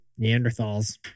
Neanderthals